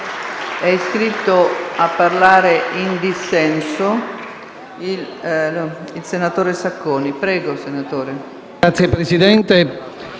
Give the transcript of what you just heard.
Grazie Presidente,